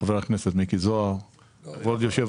כבוד יושב